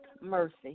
Mercy